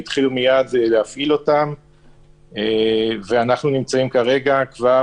וכרגע אנחנו כבר